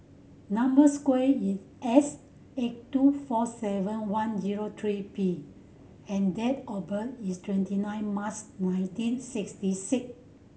number square is S eight two four seven one zero three P and date of birth is twenty nine March nineteen sixty six